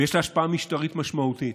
ויש לה השפעה משטרית משמעותית.